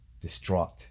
distraught